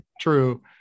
True